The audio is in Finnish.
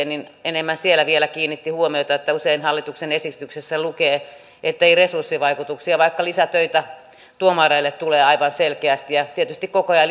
niin enemmän siellä vielä kiinnitti huomiota siihen että usein hallituksen esityksessä lukee että ei ole resurssivaikutuksia vaikka lisätöitä tuomareille tulee aivan selkeästi ja tietysti koko ajan